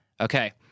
Okay